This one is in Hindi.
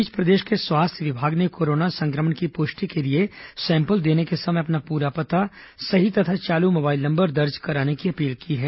इस बीच प्रदेश के स्वास्थ्य विभाग ने कोरोना संक्रमण की पुष्टि के लिए सैंपल देने के समय अपना पूरा पता सही तथा चालू मोबाइल नंबर दर्ज करवाने की अपील की है